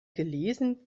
gelesen